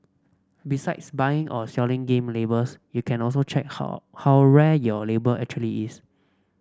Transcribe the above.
besides buying or selling game labels you can also check how how rare your label actually is